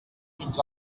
fins